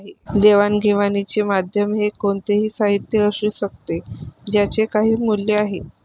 देवाणघेवाणीचे माध्यम हे कोणतेही साहित्य असू शकते ज्याचे काही मूल्य आहे